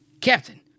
Captain